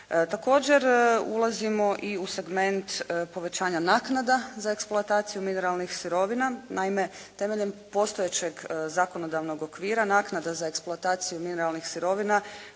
Također ulazimo i u segment povećanja naknada za eksploataciju mineralnih sirovina. Naime temeljem postojećeg zakonodavnog okvira naknada za eksploataciju mineralnih sirovina